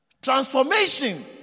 Transformation